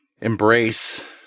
embrace